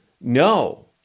no